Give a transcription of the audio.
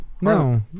No